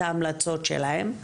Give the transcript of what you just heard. את ההמלצות שלהם.